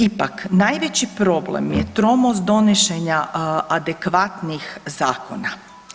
Ipak najveći problem je tromost donošenja adekvatnih zakona.